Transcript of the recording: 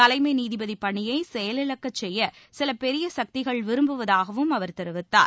தலைமை நீதிபதி பணியை செயலிழக்கச் செய்ய சில பெரிய சக்திகள் விரும்புவதாகவும் அவர் தெரிவித்தார்